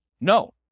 No